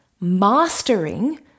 mastering